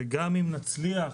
וגם אם נצליח,